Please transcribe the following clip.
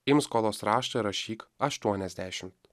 imk skolos raštą ir rašyk aštuoniasdešimt